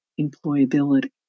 employability